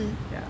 ya